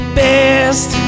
best